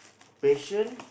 patient